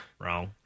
Wrong